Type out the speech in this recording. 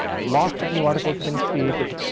lots of new articles have been created.